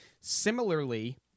similarly